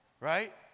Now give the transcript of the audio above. right